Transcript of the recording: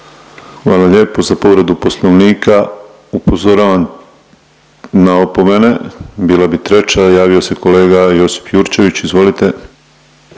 Hvala lijepo. Za povredu Poslovnika, upozoravam na opomene, bila bi treća, javio se kolega Josip Jurčević. Izvolite.